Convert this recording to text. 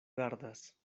gardas